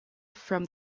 from